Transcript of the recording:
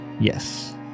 Yes